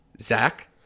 Zach